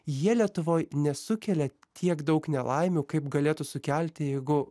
jie lietuvoj nesukelia tiek daug nelaimių kaip galėtų sukelti jeigu